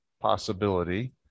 possibility